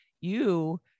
You-